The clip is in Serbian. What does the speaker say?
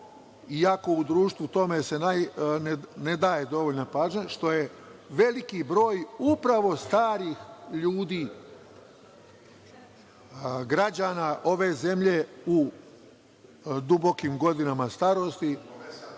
iako u društvu tome se ne daje dovoljna pažnja, što je veliki broj upravo starih ljudi, građana ove zemlje, u dubokim godinama starosti,